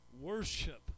Worship